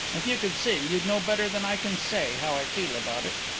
if you could see you'd know better than i can say how i feel about it.